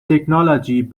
technology